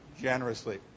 generously